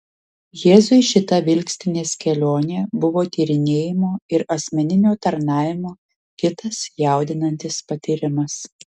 jėzui šita vilkstinės kelionė buvo tyrinėjimo ir asmeninio tarnavimo kitas jaudinantis patyrimas